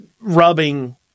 rubbing